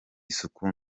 isuku